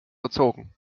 erzogen